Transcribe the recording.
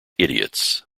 idiots